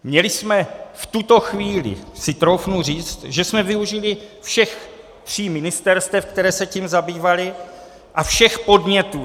Měli jsme v tuto chvíli, si troufnu říct, že jsme využili všech tří ministerstev, která se tím zabývala, a všech podnětů.